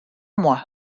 moi